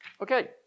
Okay